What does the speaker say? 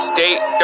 State